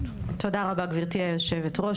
תודה רבה, גברתי היו"ר.